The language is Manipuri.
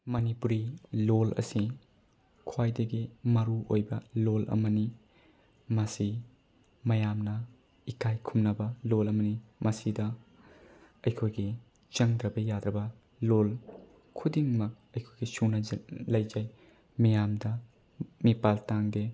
ꯃꯅꯤꯄꯨꯔꯤ ꯂꯣꯜ ꯑꯁꯤ ꯈ꯭ꯋꯥꯏꯗꯒꯤ ꯃꯔꯨꯑꯣꯏꯕ ꯂꯣꯜ ꯑꯃꯅꯤ ꯃꯁꯤ ꯃꯌꯥꯝꯅ ꯏꯀꯥꯏ ꯈꯨꯝꯅꯕ ꯂꯣꯜ ꯑꯃꯅꯤ ꯃꯁꯤꯗ ꯑꯩꯈꯣꯏꯒꯤ ꯆꯪꯗ꯭ꯔꯕ ꯌꯥꯗ꯭ꯔꯕ ꯂꯣꯜ ꯈꯨꯗꯤꯡꯃꯛ ꯑꯩꯈꯣꯏꯒꯤ ꯁꯨꯅ ꯂꯩꯖꯩ ꯃꯤꯌꯥꯝ ꯃꯤꯄꯥꯜ ꯇꯥꯡꯗꯦ